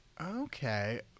Okay